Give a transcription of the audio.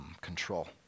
control